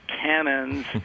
cannons